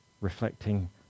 reflecting